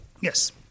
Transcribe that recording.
Yes